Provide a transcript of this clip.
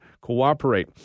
cooperate